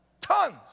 Tons